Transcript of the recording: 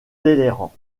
talleyrand